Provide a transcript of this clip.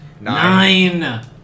Nine